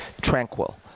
tranquil